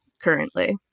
currently